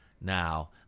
now